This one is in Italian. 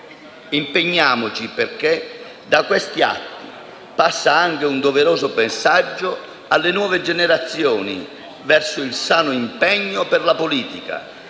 Impegniamoci perché da questi atti passi anche un doveroso messaggio alle nuove generazioni verso il sano impegno per la politica,